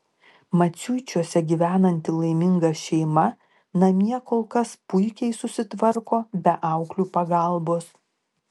maciuičiuose gyvenanti laiminga šeima namie kol kas puikiai susitvarko be auklių pagalbos